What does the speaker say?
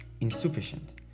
insufficient